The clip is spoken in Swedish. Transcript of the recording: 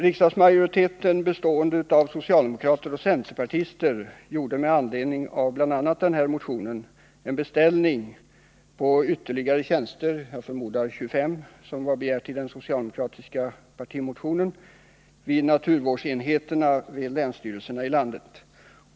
Riksdagsmajoriteten, bestående av socialdemokrater och centerpartister, gjorde med anledning av bl.a. denna motion en beställning på ytterligare tjänster — jag förmodar 25 nya tjänster såsom begärts i den socialdemokratiska motionen — på naturvårdsenheterna vid länsstyrelserna i landet.